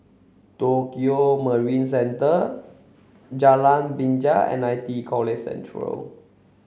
Tokio Marine Centre Jalan Binja and I T E College Central